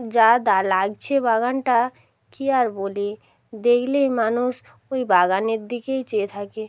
যা দালাগছে বাগানটা কী আর বলি দেখলেই মানুষ ওই বাগানের দিকেই চেয়ে থাকে